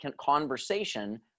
conversation